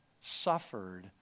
suffered